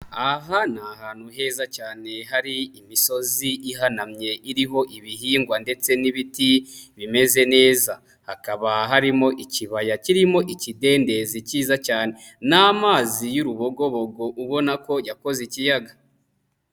Aha ni ahantu heza cyane hari imisozi ihanamye iriho ibihingwa ndetse n'ibiti bimeze neza, hakaba harimo ikibaya kirimo ikidendezi kiza cyane n'amazi y'urubogobogo ubona ko yakoze ikiyaga.